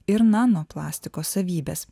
ir nanoplastiko savybes